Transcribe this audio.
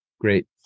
Great